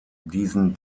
diesen